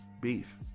beef